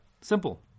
Simple